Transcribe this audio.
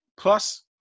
Plus